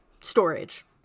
storage